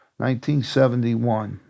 1971